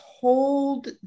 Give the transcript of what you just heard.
Hold